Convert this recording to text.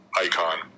Icon